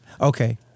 Okay